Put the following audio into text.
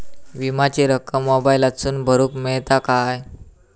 विमाची रक्कम मोबाईलातसून भरुक मेळता काय?